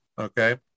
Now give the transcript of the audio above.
okay